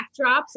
backdrops